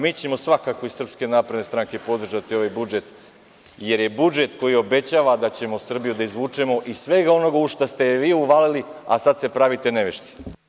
Mi ćemo svakako iz SNS podržati ovaj budžet, jer je budžet koji obećava da ćemo Srbiju da izvučemo iz svega onoga u šta ste je vi uvalili, a sad se pravite nevešti.